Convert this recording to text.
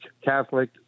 Catholic